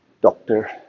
doctor